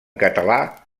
català